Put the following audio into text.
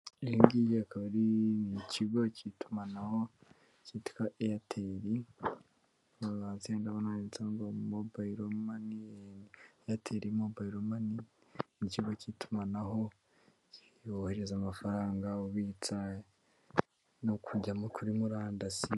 Iyo ngiyo akaba ari mu ikigo cy'itumanaho cyitwa Airtel, ndabona handitseho ngo Mobile money, Airtel mobile money ni ikigo cy'itumanaho, iyo wohereza amafaranga, ubitsa no kujya kuri murandasi.